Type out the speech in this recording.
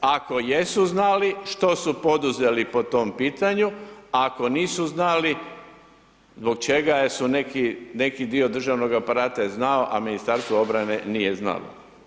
Ako jesu znali, što su poduzeli po tom pitanju, ako nisu znali, zbog čega su neki, neki dio državnog aparata je znao, a Ministarstvo obrane nije znalo?